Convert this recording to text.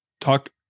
talk